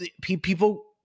people